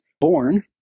born